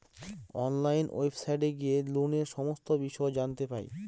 online ওয়েবসাইটে গিয়ে লোনের সমস্ত বিষয় জানতে পাই